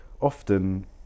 often